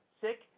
sick